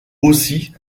aussi